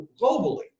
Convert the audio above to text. globally